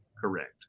Correct